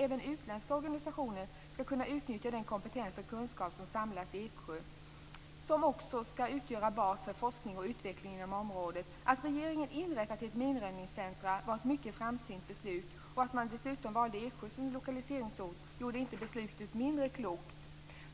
Även utländska organisationer skall kunna utnyttja den kompetens och kunskap som samlas i Eksjö, som också skall utgöra bas för forskning och utveckling inom området. Att regeringen inrättade ett minröjningscentrum var ett mycket framsynt beslut. Att man dessutom valde Eksjö som lokaliseringsort gjorde inte beslutet mindre klokt.